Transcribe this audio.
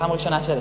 פעם ראשונה שלי.